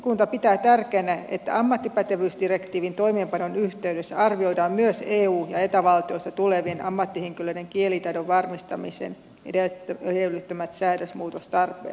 valiokunta pitää tärkeänä että ammattipätevyysdirektiivin toimeenpanon yhteydessä arvioidaan myös eu ja eta valtioista tulevien ammattihenkilöiden kielitaidon varmistamisen edellyttämät säädösmuutostarpeet